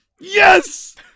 Yes